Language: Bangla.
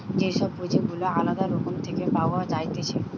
যে সব পুঁজি গুলা আলদা রকম থেকে পাওয়া যাইতেছে